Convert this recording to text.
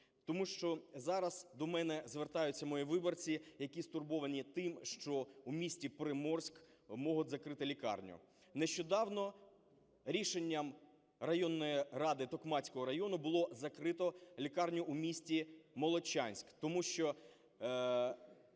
Тому що зараз до мене звертаються мої виборці, які стурбовані тим, що у місті Приморськ можуть закрити лікарню. Нещодавно рішенням районної ради Токмацького району було закрито лікарню у місті Молочанськ,